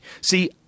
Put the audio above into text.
See